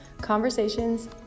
Conversations